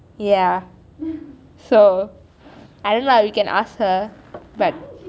ya so I don't know lah we can ask her but